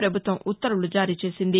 పభుత్వం ఉత్తర్వులు జారీ చేసింది